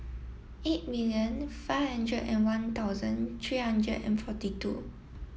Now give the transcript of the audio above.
eight million five hundred and one thousand three hundred and forty two